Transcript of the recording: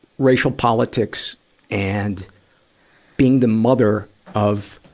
racial politics and being the mother of,